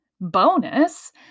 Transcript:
bonus